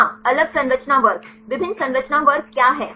हाँ अलग संरचना वर्ग विभिन्न संरचना वर्ग क्या हैं